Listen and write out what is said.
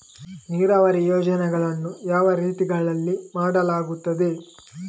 ನೀರಾವರಿ ಯೋಜನೆಗಳನ್ನು ಯಾವ ರೀತಿಗಳಲ್ಲಿ ಮಾಡಲಾಗುತ್ತದೆ?